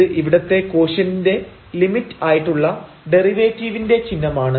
ഇത് ഇവിടത്തെ കോഷ്യന്റിന്റെ ലിമിറ്റ് ആയിട്ടുള്ള ഡെറിവേറ്റീവിന്റെ ചിഹ്നമാണ്